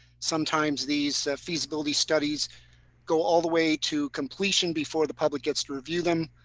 sometimes these feasibility studies go all the way to completion before the public gets to review them.